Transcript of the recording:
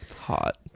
hot